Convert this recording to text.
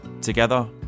together